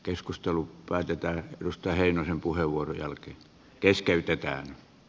keskustelun päätyttyä klustereiden puheenvuoron jälkeen keskeytettyä